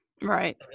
right